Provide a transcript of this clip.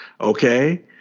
Okay